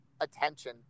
attention